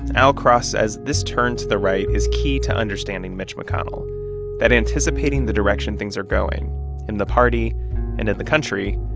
al cross says this turn to the right is key to understanding mitch mcconnell that anticipating the direction things are going in the party and in the country,